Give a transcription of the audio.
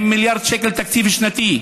עם מיליארד שקל תקציב שנתי,